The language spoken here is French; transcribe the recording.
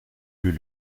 plus